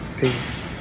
Peace